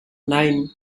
nine